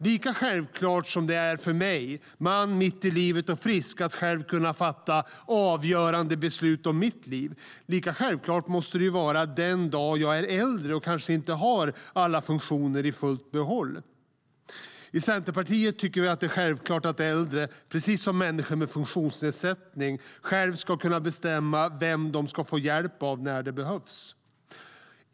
Lika självklart som det är för mig - man, mitt i livet och frisk - att själv kunna fatta avgörande beslut om mitt liv, lika självklart måste det vara för den som är äldre och inte längre har alla funktioner i fullt behåll.I Centerpartiet tycker vi att det är självklart att alla äldre, precis som människor med funktionsnedsättning, själva ska kunna bestämma vem de ska få hjälp av när det behövs.